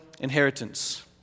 inheritance